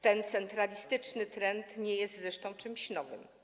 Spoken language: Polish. Ten centralistyczny trend nie jest zresztą czymś nowym.